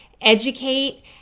educate